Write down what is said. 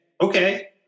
okay